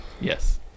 Yes